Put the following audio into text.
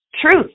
Truth